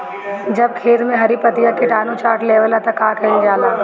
जब खेत मे हरी पतीया किटानु चाट लेवेला तऽ का कईल जाई?